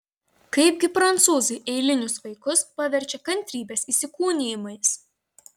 kaipgi prancūzai eilinius vaikus paverčia kantrybės įsikūnijimais